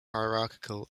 hierarchical